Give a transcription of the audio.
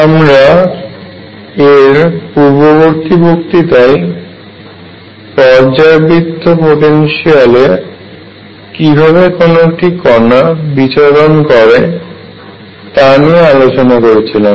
আমরা এর পূর্ববর্তী বক্তৃতায় পর্যায়বৃত্ত পোটেনশিয়ালে কিভাবে কোন একটি কনা বিচরণ করে তা নিয়ে আলোচনা করেছিলাম